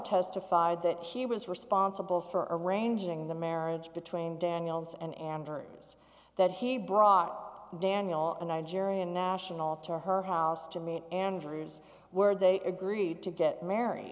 testified that she was responsible for arranging the marriage between daniels and tourists that he brought daniel the nigerian national to her house to meet andrews where they agreed to get married